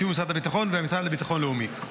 בתיאום עם משרד הביטחון והמשרד לביטחון לאומי.